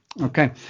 Okay